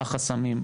מה החסמים,